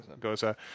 Goza